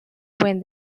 when